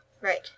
Right